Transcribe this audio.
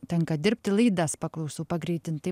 tenka dirbti laidas paklausau pagreitintai